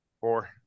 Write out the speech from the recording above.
four